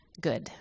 good